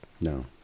No